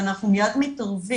ואנחנו מיד מתערבים.